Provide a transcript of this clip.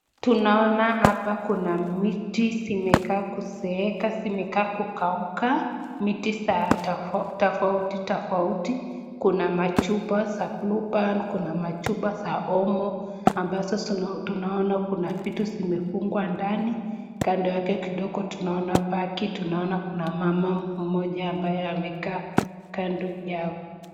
Tunaona hapa kuna miti zimekaa kuseeka, zimekaa kukauka. Miti za tofauti tofauti. Kuna machupa za blue band, kuna machupa za Omo ambazo tunaona kuna vitu zimefungwa ndani. Kando yake kidogo tunaona pakiti, tunaona kuna mama mmoja ambaye amekaa kando yao.